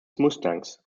mustangs